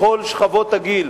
בכל שכבות הגיל,